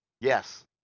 Yes